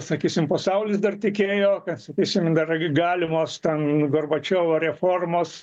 sakysim pasaulis dar tikėjo kad sakysim dar galimos ten gorbačiovo reformos